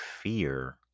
fear